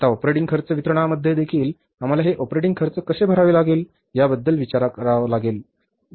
आता ऑपरेटिंग खर्च वितरणामध्ये देखील आम्हाला हे ऑपरेटिंग खर्च कसे भरावे लागेल याबद्दल विचार करावा लागेल